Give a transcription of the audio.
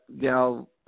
gal